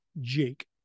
Jake